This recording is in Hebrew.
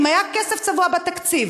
אם היה כסף צבוע בתקציב,